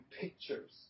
pictures